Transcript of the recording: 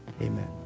Amen